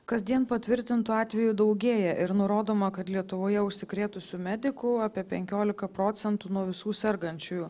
kasdien patvirtintų atvejų daugėja ir nurodoma kad lietuvoje užsikrėtusių medikų apie penkioliką procentų nuo visų sergančiųjų